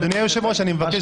אדוני היושב-ראש, אני מבקש